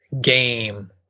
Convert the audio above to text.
game